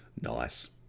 Nice